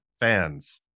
fans